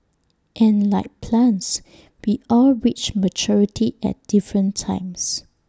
and like plants we all reach maturity at different times